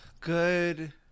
Good